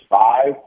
five